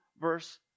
verse